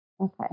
Okay